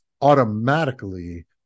automatically